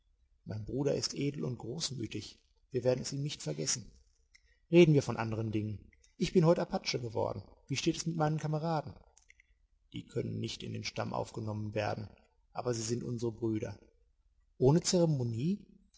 mein bruder ist edel und großmütig wir werden es ihm nicht vergessen reden wir von anderen dingen ich bin heut apache geworden wie steht es mit meinen kameraden die können nicht in den stamm aufgenommen werden aber sie sind unsere brüder ohne zeremonie